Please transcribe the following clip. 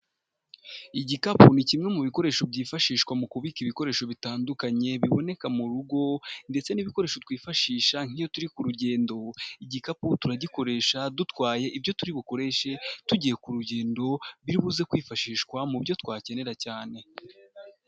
Igikapu ni kimwe mu bikoresho byifashishwa mu kubika ibikoresho bitandukanye, biboneka mu rugo ndetse n'ibikoresho twifashisha nk'iyo turi ku rugendo, igikapu turagikoresha dutwaye ibyo turi bukoreshe tugiye ku rugendo, biri buze kwifashishwa mu byo twakenera cyane.